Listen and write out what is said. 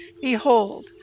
Behold